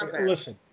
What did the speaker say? listen